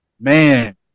Man